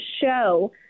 show